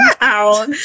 Wow